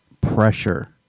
pressure